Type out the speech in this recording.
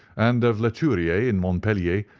and of leturier in montpellier,